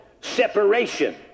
separation